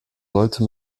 sollte